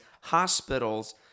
hospitals